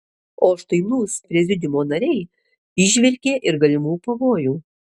o štai lūs prezidiumo nariai įžvelgė ir galimų pavojų